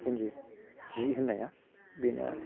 इन्दि जि होननाया बेनो आरो